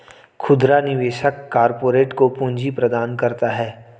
खुदरा निवेशक कारपोरेट को पूंजी प्रदान करता है